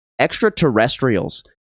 extraterrestrials